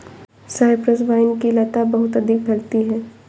Cyprus wine की लता बहुत अधिक फैलती है